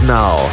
now